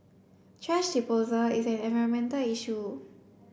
thrash disposal is an environmental issue